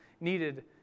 needed